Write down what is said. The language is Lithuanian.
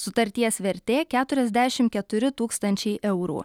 sutarties vertė keturiasdešim keturi tūkstančiai eurų